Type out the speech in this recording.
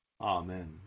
Amen